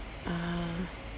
ah